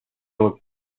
was